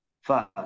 first